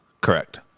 Correct